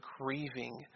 grieving